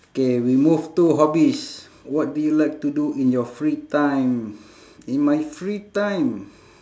K we move to hobbies what do you like to do in your free time in my free time